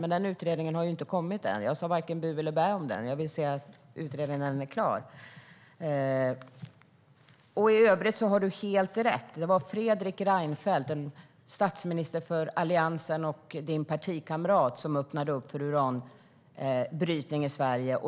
Men den utredningen har inte kommit än, och jag sa varken bu eller bä om den, för jag vill se den när den är klar.I övrigt har du helt rätt. Det var Fredrik Reinfeldt, din partikamrat och statsminister för Alliansen, som öppnade upp för uranbrytning i Sverige.